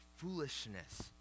Foolishness